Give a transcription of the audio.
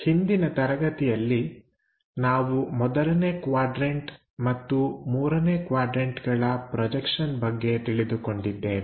ಹಿಂದಿನ ತರಗತಿಯಲ್ಲಿ ನಾವು ಮೊದಲನೇ ಕ್ವಾಡ್ರನ್ಟ ಮತ್ತು ಮೂರನೇ ಕ್ವಾಡ್ರನ್ಟಗಳ ಪ್ರೊಜೆಕ್ಷನ್ ಬಗ್ಗೆ ತಿಳಿದುಕೊಂಡಿದ್ದೇವೆ